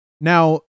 Now